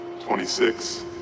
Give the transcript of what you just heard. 26